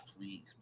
please